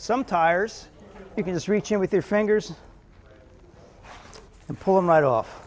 some tires you can just reach in with your fingers and pull in right off